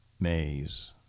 maze